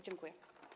Dziękuję.